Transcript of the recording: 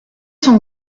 sont